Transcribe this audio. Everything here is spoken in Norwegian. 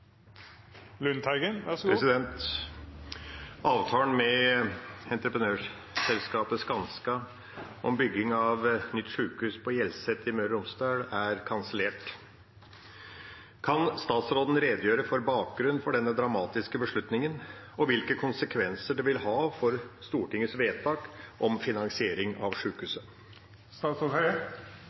Romsdal er kansellert. Kan statsråden redegjøre for bakgrunnen for denne dramatiske beslutningen og hvilke konsekvenser det vil ha for Stortingets vedtak om finansiering av